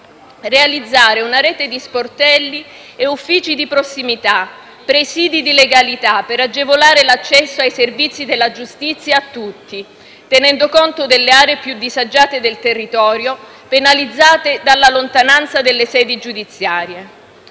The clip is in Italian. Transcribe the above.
realizzare una rete di sportelli e uffici di prossimità, presidi di legalità, per agevolare l'accesso ai servizi della giustizia a tutti, tenendo conto delle aree più disagiate del territorio, penalizzate dalla lontananza delle sedi giudiziarie.